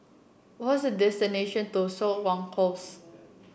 what's to Siok Wan Close